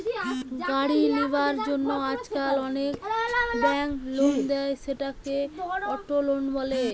গাড়ি লিবার জন্য আজকাল অনেক বেঙ্ক লোন দেয়, সেটাকে অটো লোন বলে